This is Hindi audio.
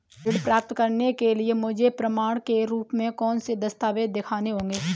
ऋण प्राप्त करने के लिए मुझे प्रमाण के रूप में कौन से दस्तावेज़ दिखाने होंगे?